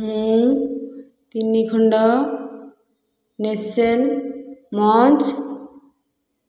ମୁଁ ତିନିଖଣ୍ଡ ନେସେଲ୍ ମଞ୍ଚ